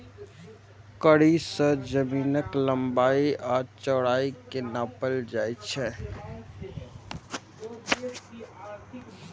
कड़ी सं जमीनक लंबाइ आ चौड़ाइ कें नापल जाइ छै